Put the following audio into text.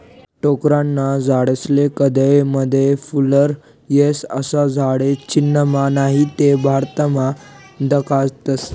टोक्करना झाडेस्ले कदय मदय फुल्लर येस, अशा झाडे चीनमा नही ते भारतमा दखातस